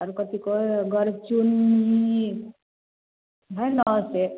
आओर कथी कहै है गरचुन्नी है ने ओतेक